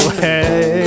hey